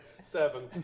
Seven